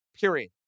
Period